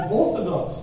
orthodox